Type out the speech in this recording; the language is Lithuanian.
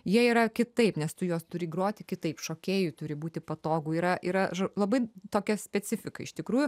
jie yra kitaip nes tu juos turi groti kitaip šokėjui turi būti patogu yra yra labai tokia specifika iš tikrųjų